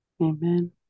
Amen